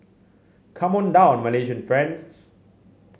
come on down Malaysian friends